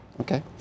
Okay